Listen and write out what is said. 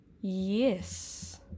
Yes